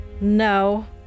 no